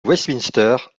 westminster